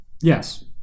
Yes